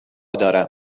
دارم